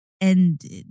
ended